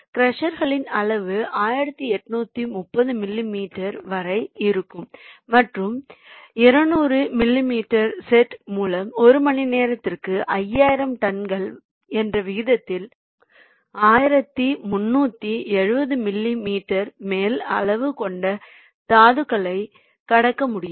க்ரஷர்களின் அளவு 1830 மில்லிமீட்டர் வரை இருக்கும் மற்றும் 200 மில்லிமீட்டர் செட் மூலம் ஒரு மணி நேரத்திற்கு 5000 டன்கள் என்ற விகிதத்தில் 1370 மில்லிமீட்டர் மேல் அளவு கொண்ட தாதுக்களை கடக்க முடியும்